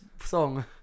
song